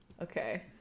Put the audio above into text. okay